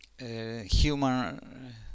human